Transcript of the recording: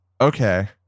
Okay